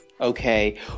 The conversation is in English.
okay